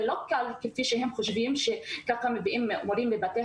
זה לא קל כפי שהם חושבים שככה מביאים מורים מבתי